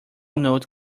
note